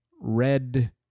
red